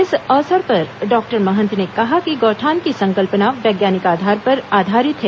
इस अवसर पर डॉक्टर महंत ने कहा कि गौठान की संकल्पना वैज्ञानिक आधार पर आधारित है